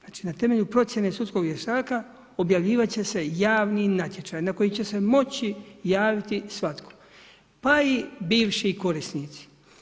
Znači na temelju procjene sudskog vještaka objavljivat će se javni natječaj na koji će se moći ja viti svatko pa i bivši korisnici.